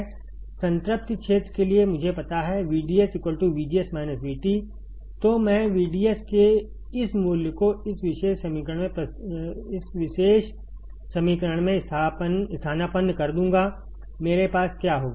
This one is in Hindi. संतृप्ति क्षेत्र के लिए मुझे पता है VDS VGS VT तो मैं VDS के इस मूल्य को इस विशेष समीकरण में स्थानापन्न कर दूंगा मेरे पास क्या होगा